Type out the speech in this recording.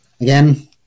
again